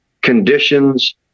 conditions